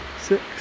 six